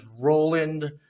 Roland